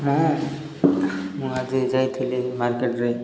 ମୁଁ ମୁଁ ଆଜି ଯାଇଥିଲି ମାର୍କେଟ୍ରେ